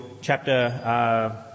chapter